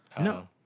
No